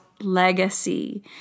legacy